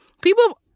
people